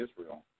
Israel